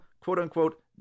quote-unquote